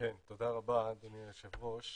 תודה רבה, אדוני היושב ראש.